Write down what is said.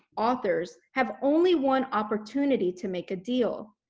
authors, have only one opportunity to make a deal.